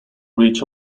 reach